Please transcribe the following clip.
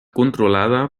controlada